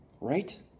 Right